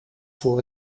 voor